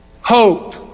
hope